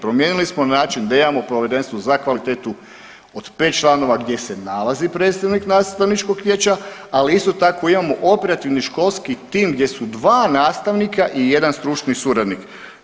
Promijenili smo na način da imamo povjerenstvo za kvalitetu od 5 članova gdje se nalazi predstavnik nastavničkog vijeća, ali isto tako imamo operativni školski tim gdje su 2 nastavnika i jedan stručni suradnik.